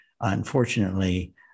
unfortunately